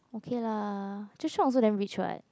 okay lah Joshua also damn rich [what]